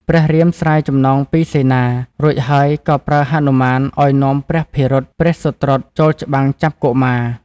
ព្រះរាមស្រាយចំណងពីសេនា រួចហើយក៏ប្រើហនុមានឱ្យនាំព្រះភិរុត ព្រះសុត្រុតចូលច្បាំងចាប់កុមារ។